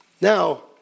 Now